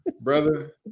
Brother